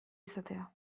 izatea